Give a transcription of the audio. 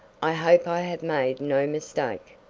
i hope i have made no mistake.